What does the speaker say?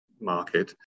market